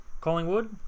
Collingwood